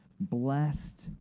Blessed